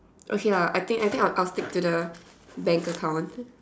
okay lah I think I think I will stick to the bank account